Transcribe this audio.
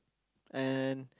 and